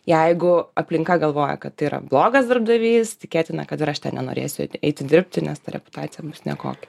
jeigu aplinka galvoja kad tai yra blogas darbdavys tikėtina kad ir aš ten nenorėsiu eiti dirbti nes ta reputacija bus nekokia